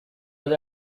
they